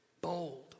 Bold